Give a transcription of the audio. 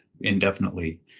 indefinitely